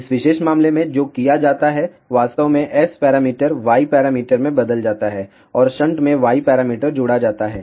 इस विशेष मामले में जो किया जाता है वास्तव में S पैरामीटर Y पैरामीटर में बदल जाता है और शंट में Y पैरामीटर जोड़ा जाता है